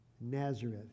Nazareth